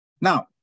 Now